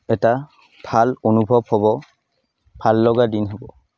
এটা ভাল অনুভৱ হ'ব ভাল লগা দিন হ'ব